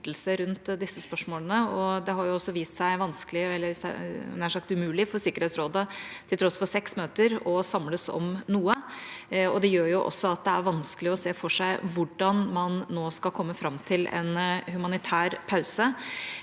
rundt disse spørsmålene, og det har også vist seg vanskelig, eller nær sagt umulig, for Sikkerhetsrådet å samles om noe til tross for seks møter. Det gjør også at det er vanskelig å se for seg hvordan man nå skal komme fram til en humanitær pause.